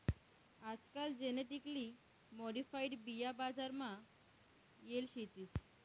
आजकाल genetically modified बिया बजार मा येल शेतीस